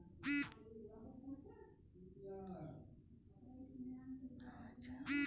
আমি ছোট ব্যবসার জন্য লোন পাব?